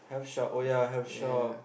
shop oh yeah have shop